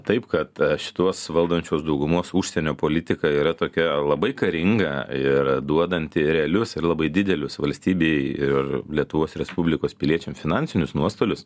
taip kad šitos valdančios daugumos užsienio politika yra tokia labai karinga ir duodanti realius ir labai didelius valstybei ir lietuvos respublikos piliečiams finansinius nuostolius